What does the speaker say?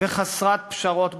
וחסרת פשרות בטרור,